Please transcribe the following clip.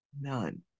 None